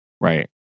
Right